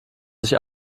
sich